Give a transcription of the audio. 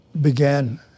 began